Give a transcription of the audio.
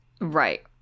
Right